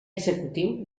executiu